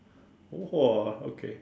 !wah! okay